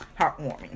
Heartwarming